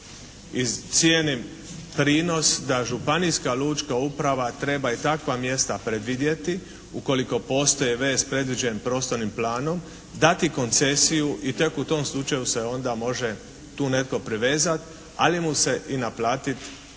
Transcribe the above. I cijenim prinos da županijska lučka uprava treba i takva mjesta predvidjeti ukoliko postoji vez predviđen prostornim planom dati koncesiju i tek u tom slučaju se onda može tu netko privezati ali mu se i naplatiti